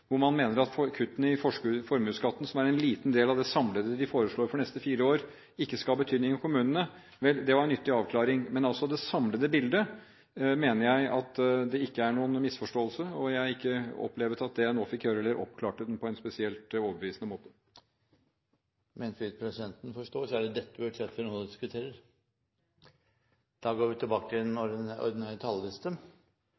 hvor man mener at kuttene i formuesskatten – som er en liten del av det samlede de foreslår for de neste fire år – ikke skal ha betydning for kommunene, vel, så var det en nyttig avklaring. Men jeg mener altså at det ikke er noen misforståelser når det gjelder det samlede bildet, og jeg opplever ikke at det jeg nå fikk høre, oppklarte det på en spesielt overbevisende måte. Men så vidt presidenten forstår, er det dette budsjettet vi nå diskuterer. Mye av helsedebatten vi har hatt den